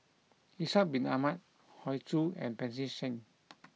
Ishak bin Ahmad Hoey Choo and Pancy Seng